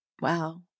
Wow